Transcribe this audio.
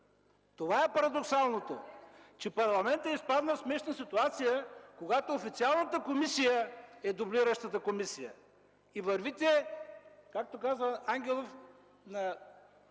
Това е парадоксалното, че парламентът изпадна в смешна ситуация, когато официалната комисия е дублиращата комисия. И, както казва Ангел